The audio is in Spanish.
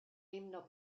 himno